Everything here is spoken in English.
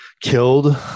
killed